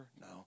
No